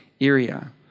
area